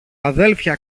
αδέλφια